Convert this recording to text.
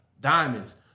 diamonds